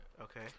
Okay